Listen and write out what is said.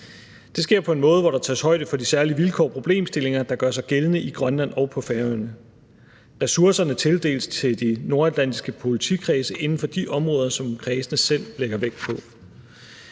Det sker på en måde, hvor der tages højde for de særlige vilkår og problemstillinger, der gør sig gældende i Grønland og på Færøerne. Ressourcerne tildeles de nordatlantiske politikredse inden for de områder, som kredsene selv lægger vægt på.